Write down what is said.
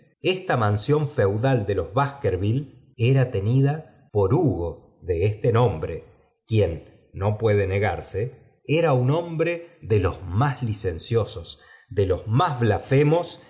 esta mansión feudal de los askeryiile era tenida por hugo de esto nomábre quien no puede negarse era un hombre de licenciosos de los más blasfemos